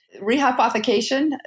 rehypothecation